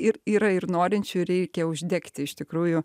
ir yra ir norinčių reikia uždegti iš tikrųjų